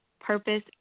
purpose